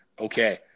Okay